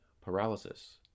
paralysis